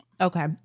Okay